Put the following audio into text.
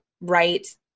right